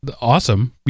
awesome